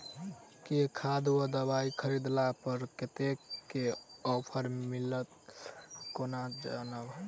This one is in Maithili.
केँ खाद वा दवाई खरीदला पर कतेक केँ ऑफर मिलत केना जानब?